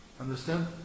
Understand